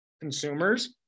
consumers